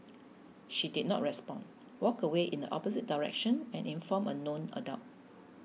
she did not respond walked away in the opposite direction and informed a known adult